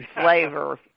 flavor